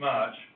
March